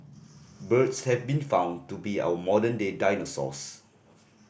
birds have been found to be our modern day dinosaurs